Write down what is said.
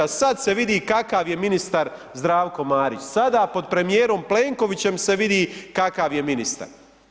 A sada se vidi kakav je ministar Zdravko Marić, sada pod premijerom Plenkovićem se vidi kakav je ministar.